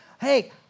Hey